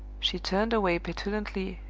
she turned away petulantly,